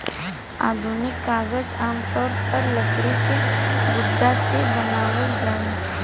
आधुनिक कागज आमतौर पर लकड़ी के गुदा से बनावल जाला